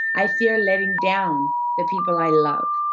i fear letting down the people i love.